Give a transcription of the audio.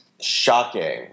shocking